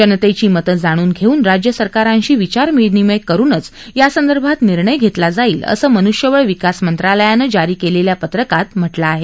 जनतेची मतं जाणून घेऊन राज्य सरकारांशी विचारविनिमय करूनच यासंदर्भात निर्णय घेतला जाईल असं मनुष्यबळ विकास मंत्रालयानं जारी केलेल्या पत्रकात म्हटलं आहे